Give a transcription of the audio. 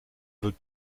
veut